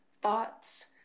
thoughts